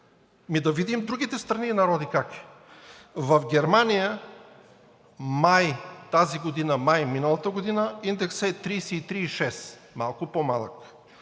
Ами да видим в другите страни и народи как е. В Германия месец май тази година – май миналата година индексът е 33,6 – малко по-малък,